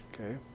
Okay